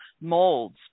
molds